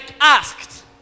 asked